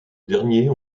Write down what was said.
derniers